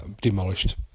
demolished